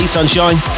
Sunshine